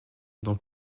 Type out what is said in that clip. dans